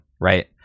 right